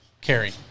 Carrie